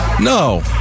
No